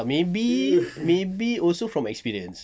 tak maybe maybe also from experience